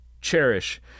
Cherish